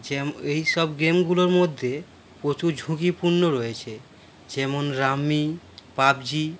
যেম এইসব গেমগুলোর মধ্যে প্রচুর ঝুঁকিপূর্ণ রয়েছে যেমন রামি পাবজি